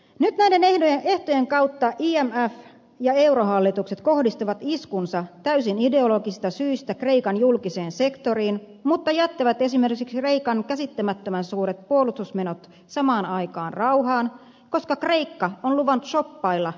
nyt näiden ehtojen kautta imf ja eurohallitukset kohdistavat iskunsa täysin ideologisista syistä kreikan julkiseen sektoriin mutta jättävät esimerkiksi kreikan käsittämättömän suuret puolustusmenot samaan aikaan rauhaan koska kreikka on luvannut shoppailla eurooppalaisissa asetehtaissa